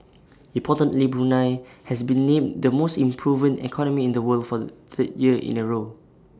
importantly Brunei has been named the most improved economy in the world for the third year in A row